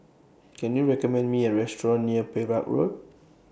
Can YOU recommend Me A Restaurant near Perak Road